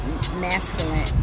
masculine